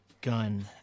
gun